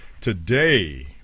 Today